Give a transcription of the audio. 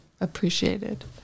appreciated